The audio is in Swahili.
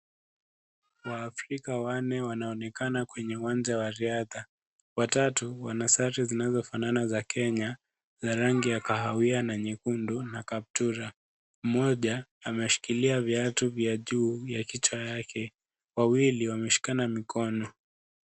Wafrica wanne wanaonekana kwenye uwanja wa riadha watatu wana sare zimazofanana za Kenya na rangi ya kahawia na nyekundu na kaptura mmoja ameshikilia viatu vya juu vya kicha yake wawili wameshikana mkono.